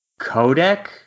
codec